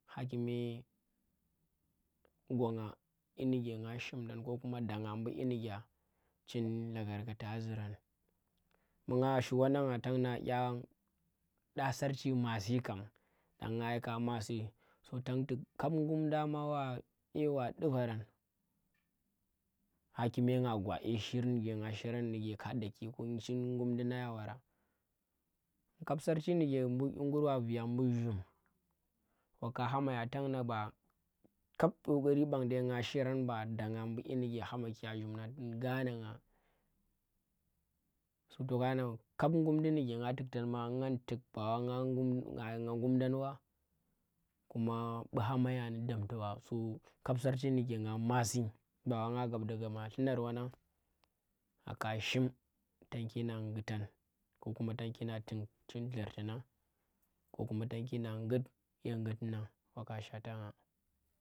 Hakimi gwangna ƙyi ndike nga shimdan kokuma danga iyi ndike chin lagarkatan a zurang mbu nga shi wannang tang na ƙyang ɗa sarchi masi kam yang nga yika masi so tan tuk kab ngumdang waɗu varang, hakuma nga gwa dye shir ndike nga shiran ndike ka daki chin gumdi nang ya wara kab sarchi ndike ƙyi ngur wa vee ya mbu zhum, waka hamaya tan na ba kab koƙari ɓang dai nga shirang ba danga mbu ƙyi ndike haki ya ndu mbu zhum gane nga to kanama kap ngum ndi nduke nga tuktang wa nga ngum da wa kuma mbu hamaya ndi damta ba so kap sarchi ndike nga masi bawa nga gab daga yema llunar wannang nga ka shim tanki na nguttang ko kuma tang ki na tuk chin llurti nang ko kuma tang ki na ngut ye ngutti nang waka ki shwata nga